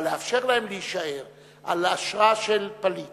אבל לאפשר להם להישאר על אשרה של פליט